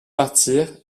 partir